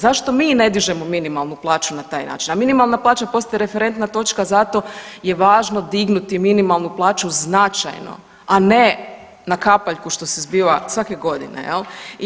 Zašto mi ne dižemo minimalnu plaću na taj način, a minimalna plaća postaje referentna točka, zato je važno dignuti minimalnu plaću značajno, a ne na kapaljku što se zbiva svake godine, je li.